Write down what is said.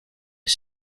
est